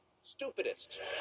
stupidest